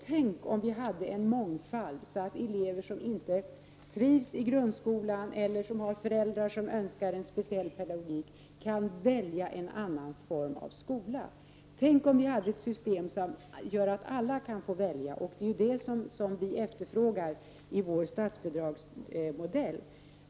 Tänk om vi hade en mångfald, så att elever som inte trivs i grundskolan eller som har föräldrar som önskar en speciell pedagogik kunde välja en annan form av skola! Tänk om vi hade ett system som gjorde att alla kunde få välja! Det är det som vi efterfrågar i vår statsbidragsmodell.